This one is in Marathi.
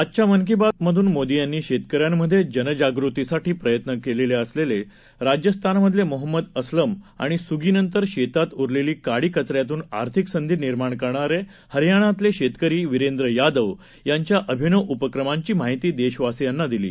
आजच्या मन की बातमधून मोदी यांनी शेतकऱ्यांमधे जनजागृतीसाठी प्रयत्न करत असलेले राज्यस्थानमधले मोहम्मद अस्लम आणि स्गीनंतर शेतात उरलेल्या काडी कचऱ्यातून आर्थिक संधी निर्माण करणारे हरयाणातले शेतकरी विरेंद्र यादव यांच्या अभिनव उपक्रमांची माहिती देशवासीयांना दिली